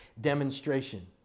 demonstration